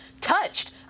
touched